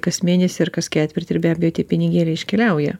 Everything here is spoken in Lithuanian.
kas mėnesį ar kas ketvirtį ir be abejo tie pinigėliai iškeliauja